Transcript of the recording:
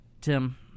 Tim